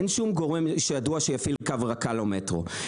אין שום גורם שידוע שיפעיל קו רכ"ל או מטרו,